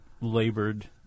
labored